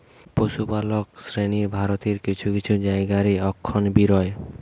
পশুপালক শ্রেণী ভারতের কিছু কিছু জায়গা রে অখন বি রয়